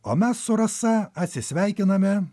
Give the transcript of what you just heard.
o mes su rasa atsisveikiname